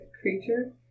creature